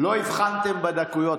לא הבחנתם בדקויות.